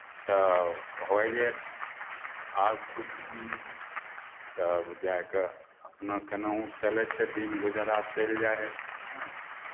तब होइ गेल आओर किछु तब जाके अपना कोनाहुँके चलै छै दिन गुजारा चलि जाइ हइ हाँ